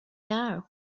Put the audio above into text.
now